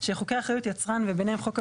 שחוקי אחריות יצרן וביניהם חוק הפיקדון,